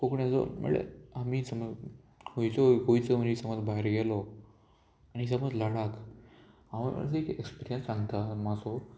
कोंकणी हेचो म्हणल्यार आमी समज खंयचो गोंयचो मनीस समज भायर गेलो आनी समज लडाक हांव एक एक्सपिरियन्स सांगता माजो